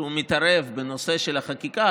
שמתערב בנושא של החקיקה,